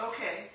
Okay